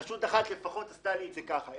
רשות אחת לפחות עשתה לי את זה ככה.